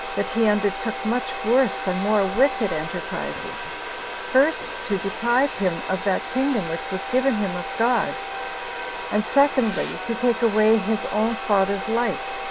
that he undertook much worse and more wicked enterprises first, to deprive him of that kingdom which was given him of god and secondly, to take away his own father's life.